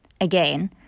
Again